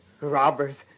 Robbers